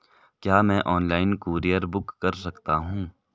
क्या मैं online courier book कर सकता हूँ?